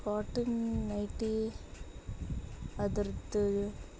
cotton nighty ಅದ್ರದ್ದು